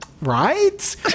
Right